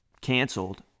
canceled